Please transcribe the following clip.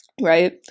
right